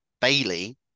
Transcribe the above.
bailey